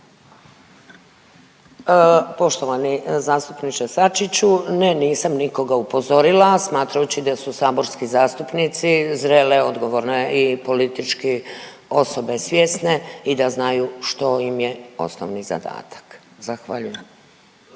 Poštovani zastupniče Sačiću, ne nisam nikoga upozorila smatrajući da su saborski zastupnici zrele, odgovorne i politički osobe svjesne i da znaju što im je osnovni zadatak. Zahvaljujem.